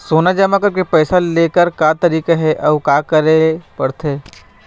सोना जमा करके पैसा लेकर का तरीका हे अउ का करे पड़थे?